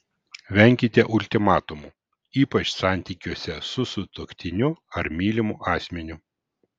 venkite ultimatumų ypač santykiuose su sutuoktiniu ar mylimu asmeniu